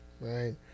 right